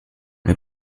wir